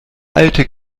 alte